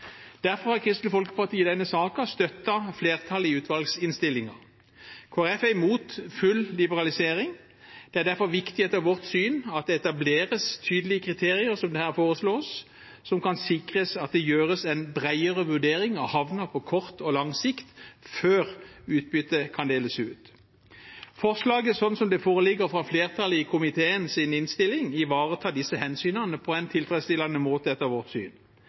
Derfor har Kristelig Folkeparti i denne saken støttet flertallet i utvalgsinnstillingen. Kristelig Folkeparti er imot full liberalisering. Det er derfor viktig, etter vårt syn, at det etableres tydelige kriterier, som det her foreslås, som kan sikre at det gjøres en bredere vurdering av havner på kort og lang sikt, før utbytte kan deles ut. Forslaget, slik det foreligger fra flertallet i komiteen i innstillingen, ivaretar etter vårt syn disse hensynene på en tilfredsstillende måte.